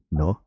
no